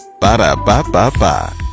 Ba-da-ba-ba-ba